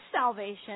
salvation